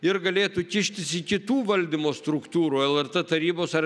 ir galėtų kištis į kitų valdymo struktūrų lrt tarybos ar